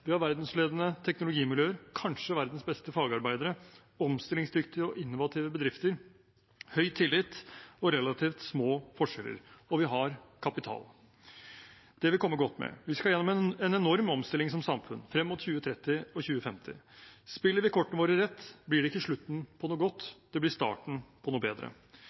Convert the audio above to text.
Vi har verdensledende teknologimiljøer, kanskje verdens beste fagarbeidere, omstillingsdyktige og innovative bedrifter, høy tillit og relativt små forskjeller, og vi har kapital. Det vil komme godt med. Vi skal gjennom en enorm omstilling som samfunn frem mot 2030 og 2050. Spiller vi kortene våre rett, blir det ikke slutten på noe godt, det blir starten på noe bedre.